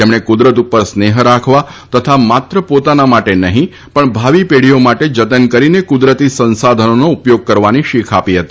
તેમણે કુદરત ઉપર સ્નેહ રાખવા તથા માત્ર પોતાના માટે નહીં પણ ભાવી પેઢીઓ માટે જતન કરીને કુદરતી સંસાધનો ઉપયોગ કરવાની શીખ આપી હતી